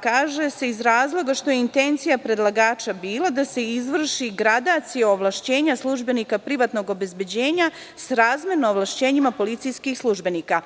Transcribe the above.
Kaže se – iz razloga što je intencija predlagača bila da se izvrši gradacija ovlašćenja službenika privatnog obezbeđenja srazmerno ovlašćenjima policijskih službenika,